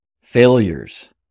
failures